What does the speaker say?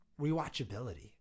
rewatchability